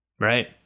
right